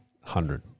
Hundred